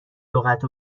لغت